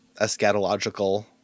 eschatological